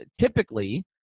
typically